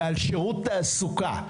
ועל שירות תעסוקה,